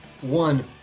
one